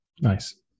Nice